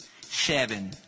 Seven